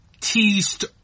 teased